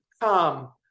Come